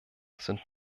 sind